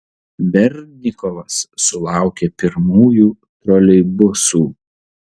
berdnikovas sulaukė pirmųjų troleibusų